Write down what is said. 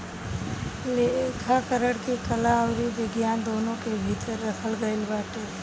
लेखाकरण के कला अउरी विज्ञान दूनो के भीतर रखल गईल बाटे